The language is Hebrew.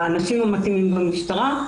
עם האנשים המתאימים במשטרה,